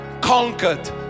conquered